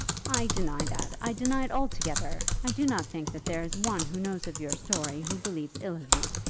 i deny that. i deny it altogether. i do not think that there is one who knows of your story who believes ill of you.